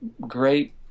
great